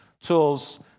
tools